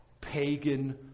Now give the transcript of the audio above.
pagan